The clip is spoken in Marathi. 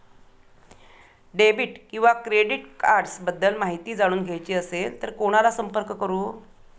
डेबिट किंवा क्रेडिट कार्ड्स बद्दल माहिती जाणून घ्यायची असेल तर कोणाला संपर्क करु?